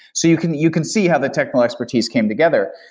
so you can you can see how the technical expertise came together,